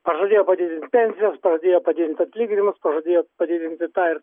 pažadėjo padidint pensijas pradėjo padidint atlyginimus pažadėjo padidinti tą ir